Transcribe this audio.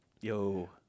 Yo